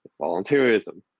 volunteerism